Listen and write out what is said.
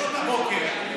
בשעות הבוקר,